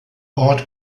ort